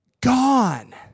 gone